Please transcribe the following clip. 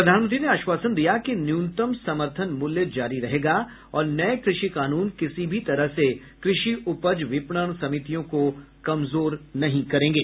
प्रधानमंत्री ने आश्वासन दिया कि न्यूनतम समर्थन मूल्य जारी रहेगा और नए क्रषि कानून किसी भी तरह से क्रषि उपज विपणन समितियों को कमजोर नहीं करेंगे